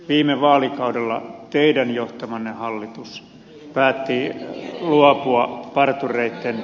viime vaalikaudella teidän johtamanne hallitus päätti luopua partureitten